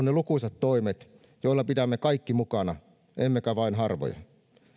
ne lukuisat toimet joilla pidämme kaikki mukana emmekä vain harvoja